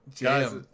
Guys